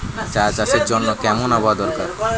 চা চাষের জন্য কেমন আবহাওয়া দরকার?